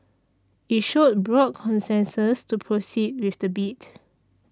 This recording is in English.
it showed broad consensus to proceed with the bid